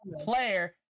player